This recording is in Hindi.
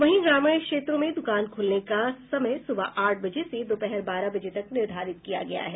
वहीं ग्रामीण क्षेत्रों में द्कान खुलने का समय सुबह आठ बजे से दोपहर बारह बजे तक निर्धारित किया गय है